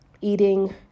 eating